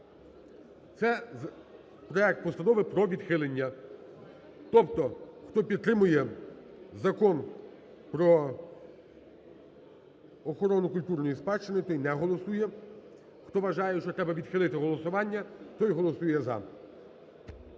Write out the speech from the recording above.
Це проект постанови про відхилення. Тобто: хто підтримує Закон "Про охорону культурної спадщини", той не голосує; хто вважає, що треба відхилити голосування, той голосує "за".